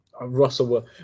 Russell